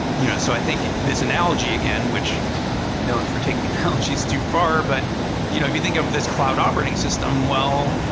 yeah so i think this analogy, again, which and known for taking analogies too far, but you know if you think of this cloud operating system, well,